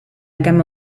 gamma